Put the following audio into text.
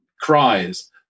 cries